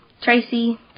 Tracy